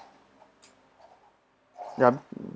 yup